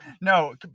No